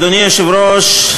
אדוני היושב-ראש,